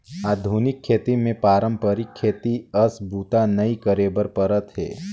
आधुनिक खेती मे पारंपरिक खेती अस बूता नइ करे बर परत हे